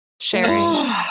sharing